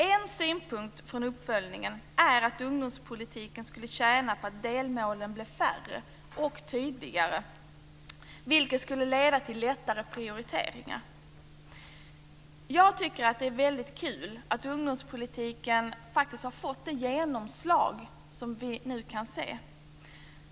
En synpunkt från uppföljningen är att ungdomspolitiken skulle tjäna på att delmålen blev färre och tydligare, vilket skulle leda till lättare prioriteringar. Jag tycker att det är väldigt kul att ungdomspolitiken faktiskt har fått det genomslag vi nu kan se.